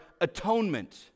atonement